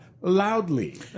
loudly